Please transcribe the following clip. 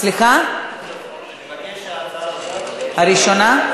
חוק ומשפט להכנה לקריאה ראשונה.